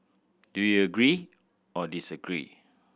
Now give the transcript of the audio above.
do you agree or disagree